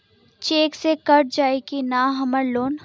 Check से cut जाई की ना हमार लोन?